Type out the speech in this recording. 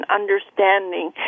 understanding